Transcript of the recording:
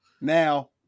Now